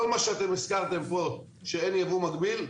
כל מה שאתם הזכרתם כאן ואמרתם שאין יבוא מקביל,